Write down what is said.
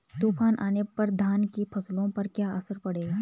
तूफान आने पर धान की फसलों पर क्या असर पड़ेगा?